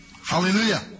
Hallelujah